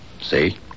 See